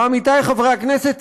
ועמיתי חברי הכנסת,